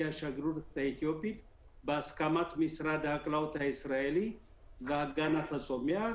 השגרירות האתיופית בהסכמת משרד החקלאות הישראלי והגנת הצומח